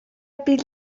بیل